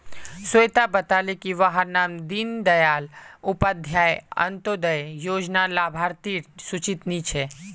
स्वेता बताले की वहार नाम दीं दयाल उपाध्याय अन्तोदय योज्नार लाभार्तिर सूचित नी छे